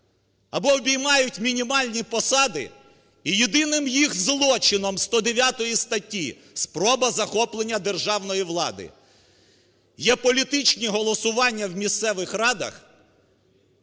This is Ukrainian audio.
або обіймають мінімальні посади, і єдиним їх злочином, 109 статті, спроба захоплення державної влади, є політичні голосування в місцевих радах,